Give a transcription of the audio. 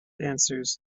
answers